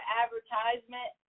advertisement